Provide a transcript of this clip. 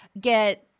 get